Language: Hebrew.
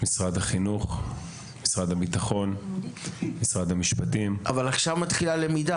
משרד החינוך; משרד הביטחון; משרד המשפטים --- אבל עכשיו מתחילה למידה?